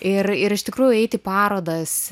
ir ir iš tikrųjų eiti į parodas